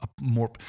more